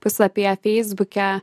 puslapyje feisbuke